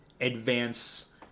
advance